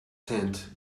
tent